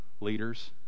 leaders